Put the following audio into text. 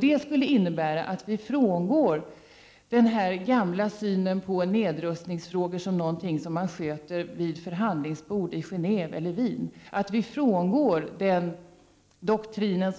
Den skall innebära att vi frångår den gamla synen på nedrustningsfrågor som nå = Prot. 1989/90:35 got som man sköter vid förhandlingsbord i Geneve eller Wien. Vi skall 29 november 1989 frångå den tidigare doktrinen,